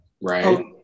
right